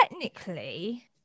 Technically